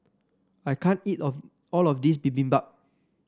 I can't eat of all of this Bibimbap